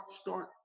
start